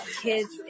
kids